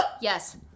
yes